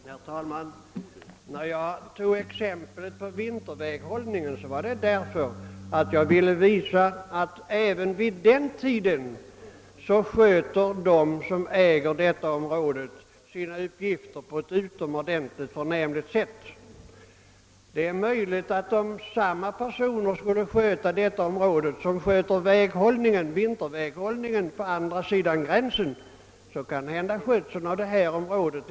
Herr talman! Jag anförde exemplet beträffande vinterväghållningen för att visa att bolaget även under vintern sköter sina uppgifter när det gäller väghållningen på ett utomordentligt förnämligt sätt. Det är möjligt att väghållningen inte blir så mycket bättre, om samma personer som sköter vinterväghållningen på andra sidan gränsen skulle få sköta hela detta område.